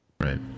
Right